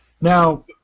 Now